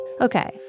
Okay